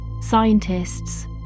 scientists